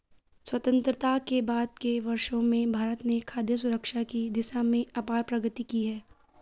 स्वतंत्रता के बाद के वर्षों में भारत ने खाद्य सुरक्षा की दिशा में अपार प्रगति की है